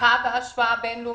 נמוכה בהשוואה בין-לאומית.